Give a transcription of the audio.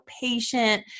patient